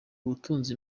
ubutunzi